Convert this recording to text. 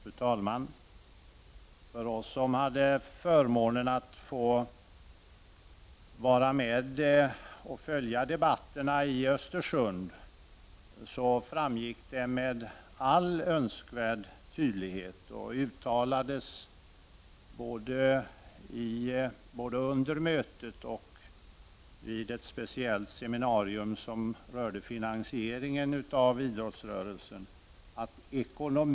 Fru talman! För oss som hade förmånen att vara med och följa debatterna i Östersund framgick det med all önskvärd tydlighet att ekonomin är ödes frågan nr 1. Det uttalades både under mötet och vid ett speciellt seminarium som rörde finansieringen av idrottsrörelsen.